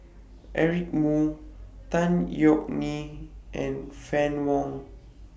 Eric Moo Tan Yeok Nee and Fann Wong